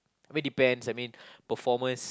I mean depends I mean performers